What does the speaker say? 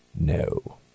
no